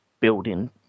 building